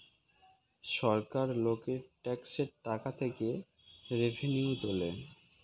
সরকার লোকের ট্যাক্সের টাকা থেকে রেভিনিউ তোলে